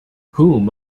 whom